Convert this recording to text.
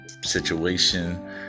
situation